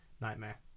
Nightmare